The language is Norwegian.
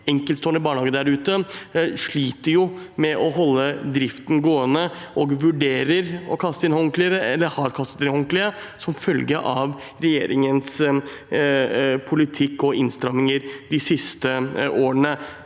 enkeltstående barnehager der ute, sliter med å holde driften gående og vurderer å kaste inn håndkleet, eller har kastet inn håndkleet, som følge av regjeringens politikk og innstramminger de siste årene.